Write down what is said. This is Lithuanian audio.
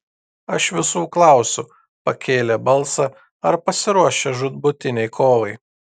aš visų klausiu pakėlė balsą ar pasiruošę žūtbūtinei kovai